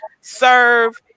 serve